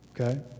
Okay